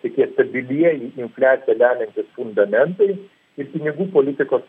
tokie stabilieji infliaciją lemiantys fundamentai ir pinigų politikos